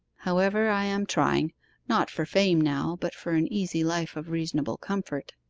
however, i am trying not for fame now, but for an easy life of reasonable comfort